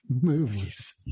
movies